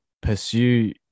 pursue